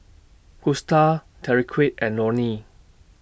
Gusta Tyrique and Lonie